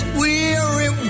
weary